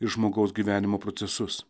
ir žmogaus gyvenimo procesus